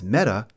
Meta